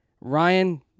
Ryan